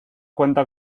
cuenta